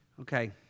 Okay